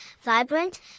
vibrant